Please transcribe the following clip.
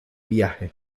viaje